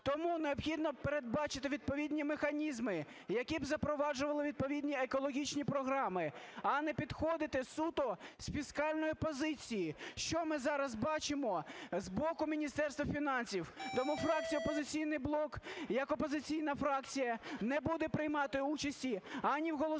Тому необхідно передбачити відповідні механізми, які б запроваджували відповідні екологічні програми, а не підходити суто з фіскальної позиції, що ми зараз бачимо з боку Міністерства фінансів. Тому фракція "Опозиційний блок" як опозиційна фракція не буде приймати участі ані в голосуванні